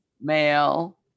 Male